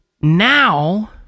Now